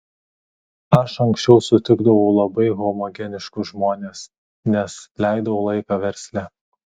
aš anksčiau sutikdavau labai homogeniškus žmones nes leidau laiką versle